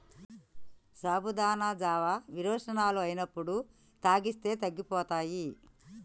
సాబుదానా జావా విరోచనాలు అయినప్పుడు తాగిస్తే తగ్గిపోతాయి